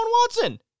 Watson